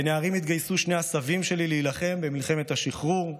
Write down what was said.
כנערים התגייסו שני הסבים שלי להילחם במלחמת השחרור.